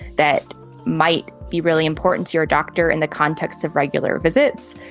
that might be really important to your doctor in the context of regular visits,